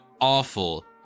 awful